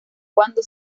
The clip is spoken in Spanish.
cuando